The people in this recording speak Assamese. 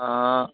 অঁ